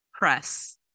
press